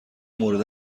مورد